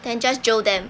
then just jail them